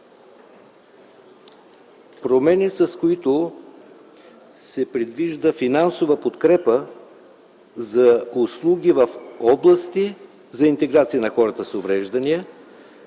промени, с които се предвижда финансова подкрепа за услуги в области за интеграция на хората с уврежданията,